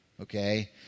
okay